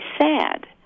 sad